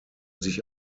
sich